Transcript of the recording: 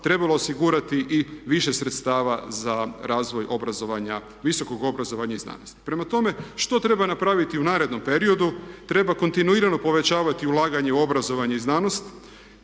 trebalo osigurati i više sredstava za razvoj obrazovanja, visokog obrazovanja i znanosti. Prema tome, što treba napraviti u narednom periodu? Treba kontinuirano povećavati ulaganje u obrazovanje i znanost